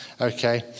Okay